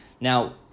Now